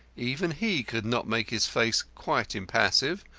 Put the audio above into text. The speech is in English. even he could not make his face quite impassive,